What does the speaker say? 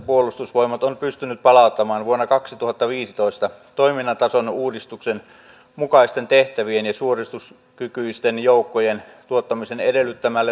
vihreät on lähtenyt tähän välikysymyskeskusteluun täysin sammutetuin lyhdyin ja edustaja arhinmäki vasemmistoliitolla tämä on muuten vain väsynyttä